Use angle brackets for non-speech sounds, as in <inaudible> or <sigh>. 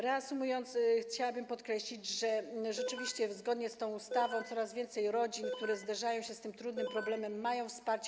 Reasumując, chciałabym podkreślić, że rzeczywiście <noise> zgodnie z tą ustawą coraz więcej rodzin, które zderzają się z tym trudnym problemem, ma wsparcie.